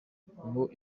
ngo